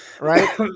Right